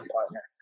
partner